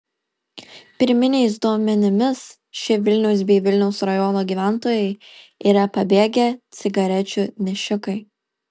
pirminiais duomenimis šie vilniaus bei vilniaus rajono gyventojai yra pabėgę cigarečių nešikai